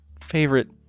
favorite